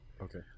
Okay